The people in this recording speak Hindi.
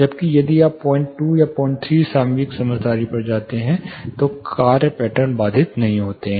जबकि यदि आप 02 03 सामयिक समझदारी पर जाते हैं तो कार्य पैटर्न बाधित नहीं होता है